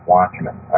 Watchmen